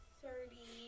thirty